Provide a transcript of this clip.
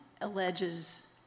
alleges